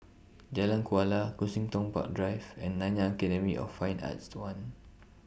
Jalan Kuala Kensington Park Drive and Nanyang Academy of Fine Arts The one